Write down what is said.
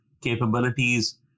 capabilities